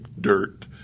dirt